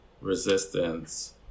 resistance